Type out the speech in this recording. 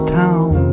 town